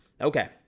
Okay